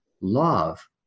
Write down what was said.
love